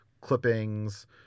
clippings